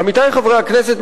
עמיתי חברי הכנסת,